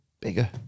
bigger